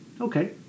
Okay